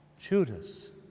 Judas